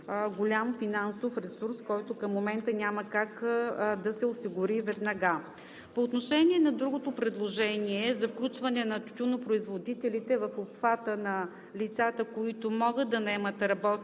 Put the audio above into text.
голям финансов ресурс, който към момента няма как да се осигури. По отношение на другото предложение за включване на тютюнопроизводителите в обхвата на лицата, които могат да наемат работници